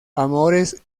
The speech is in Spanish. amores